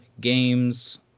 games